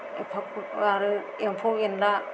एफ्फा खस्थ' आरो एम्फौ एनला